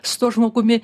su tuo žmogumi